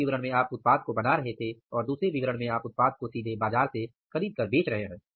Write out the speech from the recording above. एक विवरण में आप उत्पाद को बना रहे थे और दूसरे विवरण में आप उत्पाद को सीधे बाजार से खरीद कर बेच रहे हैं